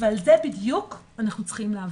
ועל זה בדיוק אנחנו צריכים לעבוד.